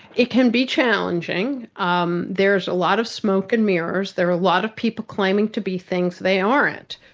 it can be challenging. um there's a lot of smoke and mirrors, there' are a lot of people claiming to be things they aren't.